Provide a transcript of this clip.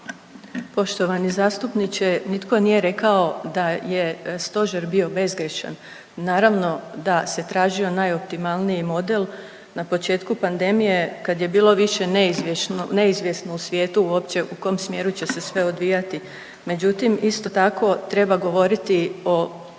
Poštovani zastupniče nitko nije rekao da je stožer bio bezgrešan. Naravno da se tražio najoptimalniji model na početku pandemije kad je bilo više neizvjesno u svijetu uopće u kom smjeru će se sve odvijati međutim isto tako treba govoriti o